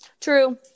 true